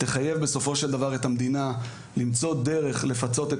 תחייב בסופו של דבר את המדינה למצוא דרך לפצות את